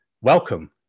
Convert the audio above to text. welcome